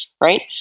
right